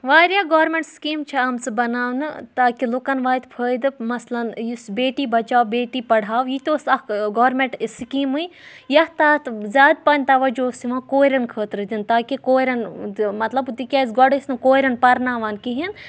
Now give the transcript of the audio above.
واریاہ government scheme چھِ آمژٕ بَناونہٕ تاکہِ لوٗکَن واتہِ فٲیدٕ مثلاً یُس بیٹی بَچاو بیٹی پَڑھاو یہِ تہِ اوس اَکھ گورمٮ۪نٛٹ سِکیٖمٕے یَتھ تحت زیادٕ پَہَن تَوجہ اوس یِوان کورٮ۪ن خٲطرٕ دِنہٕ تاکہِ کورٮ۪ن مطلب تِکیٛازِ گۄڈٕ ٲسۍ نہٕ کورٮ۪ن پَرٕناوان کِہیٖنٛۍ